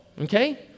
okay